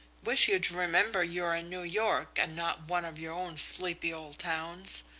wish you'd remember you're in new york and not one of your own sleepy old towns,